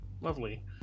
lovely